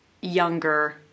younger